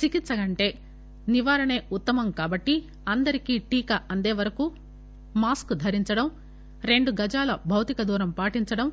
చికిత్స కంటే నివారణే ఉత్తమం కాబట్టి అందరికీ టీకా అందేవరకు మాస్క్ ధరించడం రెండు గజాల భౌతిక దూరం పాటించడం